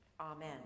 Amen